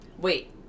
Wait